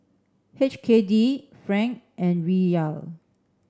H K D franc and Riyal